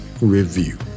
Review